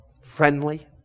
friendly